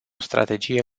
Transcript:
strategie